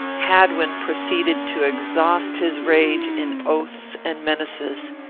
hadwin proceeded to exhaust his rage in oaths and menaces.